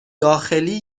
داخلی